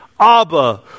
Abba